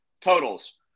Totals